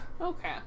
Okay